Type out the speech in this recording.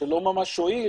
שלא ממש הועיל,